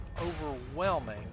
overwhelming